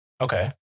Okay